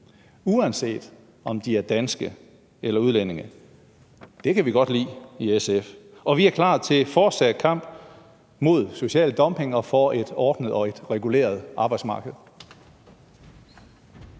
uanset om de er danske eller udenlandske. Det kan vi godt lide i SF, og vi er klar til fortsat kamp mod social dumping og for et ordnet og reguleret arbejdsmarked.